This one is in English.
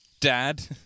dad